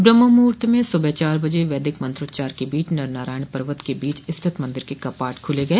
ब्रह्म मुहुर्त में सुबह चार बजे वैदिक मंत्रोच्चार के बीच नर नारायण पर्वत के बीच स्थित मंदिर के कपाट खोले गए